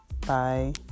Bye